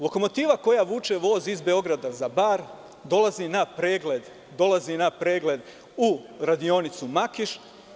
Lokomotiva koja vuče voz iz Beograda za Bar dolazi na pregled u radionicu Makiš.